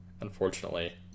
unfortunately